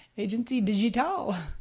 agency digital.